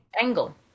Angle